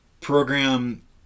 program